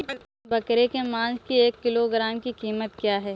बकरे के मांस की एक किलोग्राम की कीमत क्या है?